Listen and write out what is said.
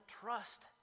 trust